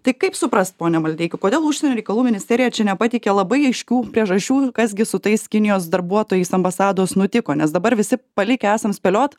tai kaip suprast pone maldeiki kodėl užsienio reikalų ministerija čia nepateikė labai aiškių priežasčių kas gi su tais kinijos darbuotojais ambasados nutiko nes dabar visi palikę esam spėliot